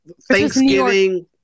thanksgiving